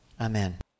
Amen